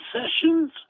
sessions